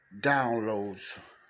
downloads